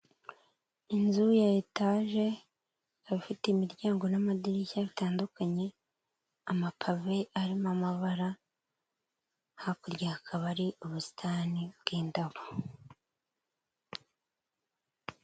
Inzu ya etaje ifite imiryango n'amadirishya bitandukanye, amapave arimo amabara, hakurya hakaba hari ubusitani bwindabo.